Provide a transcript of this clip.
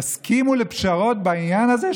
יסכימו לפשרות בעניין הזה,